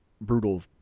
brutal